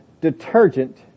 detergent